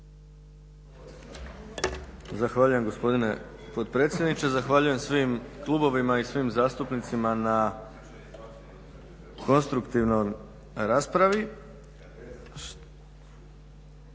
Zahvaljujem gospodine potpredsjedniče. Zahvaljujem svim klubovima i svim zastupnicima na konstruktivnoj raspravi.